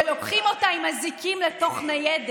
התהפך לגמרי.